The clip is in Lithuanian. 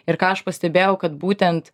ir ką aš pastebėjau kad būtent